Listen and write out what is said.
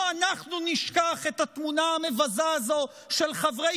לא אנחנו נשכח את התמונה המבזה הזו של חברי